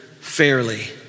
fairly